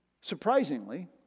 Surprisingly